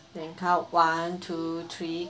then count one two three